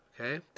Okay